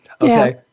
Okay